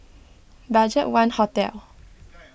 Budgetone Hotel